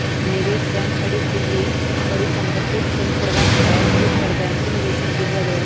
निवेश बैंक खरीद बिक्री परिसंपत्ति प्रबंध और फुटकर बैंकिंग जैसन सुविधा देवा हई